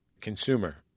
consumer